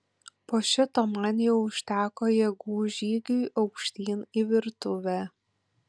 po šito man jau užteko jėgų žygiui aukštyn į virtuvę